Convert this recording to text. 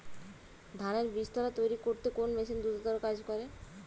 ধানের বীজতলা তৈরি করতে কোন মেশিন দ্রুততর কাজ করে?